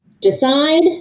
decide